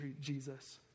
Jesus